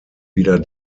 wieder